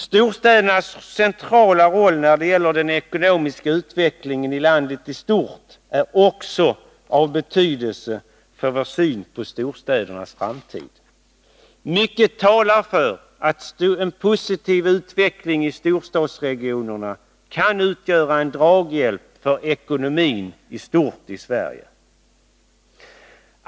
Storstädernas centrala roll när det gäller den ekonomiska utvecklingen i landet i stort är också av betydelse för vår syn på storstädernas framtid. Mycket talar för att en positiv utveckling i storstadsregionerna kan utgöra draghjälp för hela ekonomin i Sverige.